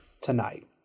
tonight